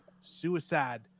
Suicide